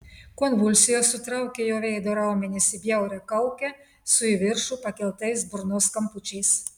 konvulsijos sutraukė jo veido raumenis į bjaurią kaukę su į viršų pakeltais burnos kampučiais